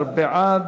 19 בעד,